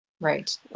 Right